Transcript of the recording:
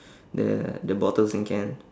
the the bottles and can